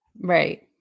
Right